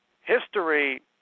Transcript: history